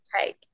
take